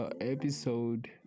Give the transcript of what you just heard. episode